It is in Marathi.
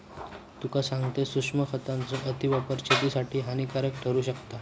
तुका सांगतंय, सूक्ष्म खतांचो अतिवापर शेतीसाठी हानिकारक ठरू शकता